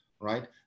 right